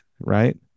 right